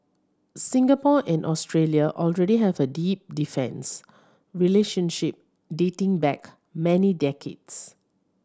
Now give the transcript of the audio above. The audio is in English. Singapore and Australia already have a deep defence relationship dating back many decades